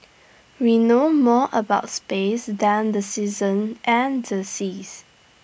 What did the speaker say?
we know more about space than the seasons and the seas